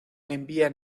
envía